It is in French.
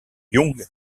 jung